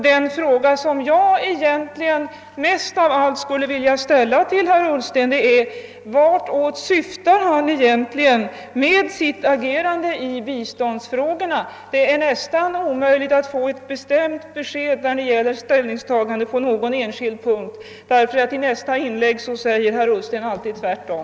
Den fråga som jag egentligen helst av allt skulle vilja ställa till herr Ullsten är: Vart syftar herr Ullsten egentligen med sitt agerande i biståndsfrågorna? Det är nästan omöjligt att få ett bestämt besked om ställningstagandet på någon enda punkt, därför att i nästa inlägg säger herr Ullsten alltid tvärtom.